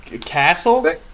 Castle